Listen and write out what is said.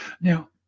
now